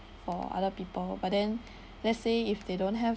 for other people but then let's say if they don't have